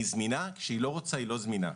היא זמינה, כשהיא לא רוצה, היא לא זמינה.